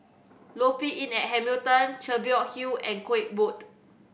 Lofi Inn at Hamilton Cheviot Hill and Koek Road